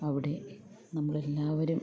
അവിടെ നമ്മളെല്ലാവരും